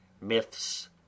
myths